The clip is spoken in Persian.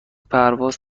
پرواز